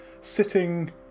sitting